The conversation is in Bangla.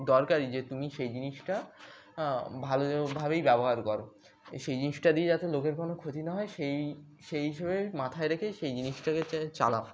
দরকারি যে তুমি সেই জিনিসটা ভালোভাবেই ব্যবহার করো সেই জিনিসটা দিয়ে যাতে লোকের কোনো ক্ষতি না হয় সেই সেই হিসেবে মাথায় রেখে সেই জিনিসটাকে চালাও